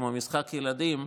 כמו משחק הילדים,